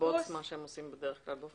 מה שהם עושים בדרך כלל בבוץ.